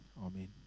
amen